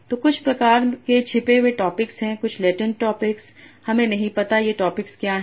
तो कुछ प्रकार के छिपे हुए टॉपिक्स हैं कुछ लेटेंट टॉपिक्स हमें नहीं पता ये टॉपिक्स क्या हैं